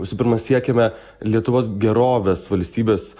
visų pirma siekiame lietuvos gerovės valstybės